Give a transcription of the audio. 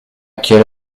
quelle